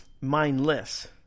Mindless